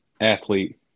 athlete